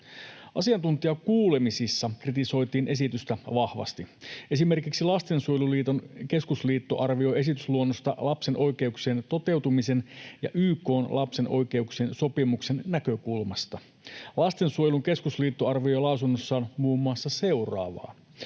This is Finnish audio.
Asiantuntijakuulemisissa kritisoitiin esitystä vahvasti. Esimerkiksi Lastensuojelun Keskusliitto arvioi esitysluonnosta lapsen oikeuksien toteutumisen ja YK:n lapsen oikeuksien sopimuksen näkökulmasta. Lastensuojelun Keskusliitto arvioi lausunnossaan muun muassa seuraavaa: